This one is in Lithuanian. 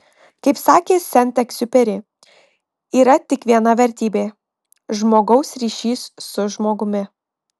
kaip sakė sent egziuperi yra tik viena vertybė žmogaus ryšys su žmogumi